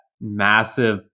massive